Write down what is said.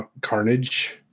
carnage